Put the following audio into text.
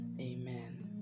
Amen